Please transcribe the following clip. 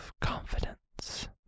confidence